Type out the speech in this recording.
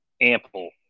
ample